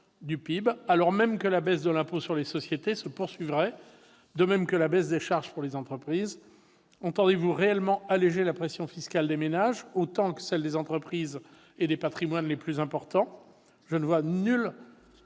du PIB -, alors même que la baisse de l'impôt sur les sociétés se poursuivrait, de même que la baisse des charges pour les entreprises. Entendez-vous réellement autant alléger la pression fiscale des ménages que celle des entreprises et des patrimoines les plus importants ?